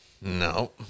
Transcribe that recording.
no